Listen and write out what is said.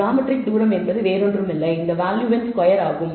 geometric தூரம் என்பது வேறொன்றுமில்லை இந்த வேல்யூவின் ஸ்கொயர் ஆகும்